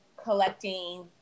collecting